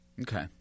Okay